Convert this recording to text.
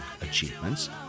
achievements